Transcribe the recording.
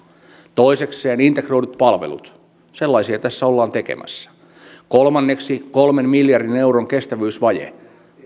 toisekseen integroidut palvelut sellaisia tässä ollaan tekemässä kolmanneksi kolmen miljardin euron kestävyysvajeen